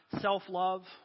Self-love